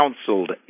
counseled